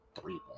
three